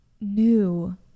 new